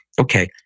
okay